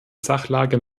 sachlage